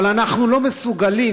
אבל אנחנו לא מסוגלים,